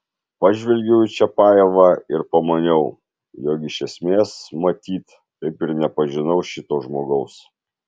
pažvelgiau į čiapajevą ir pamaniau jog iš esmės matyt taip ir nepažinau šito žmogaus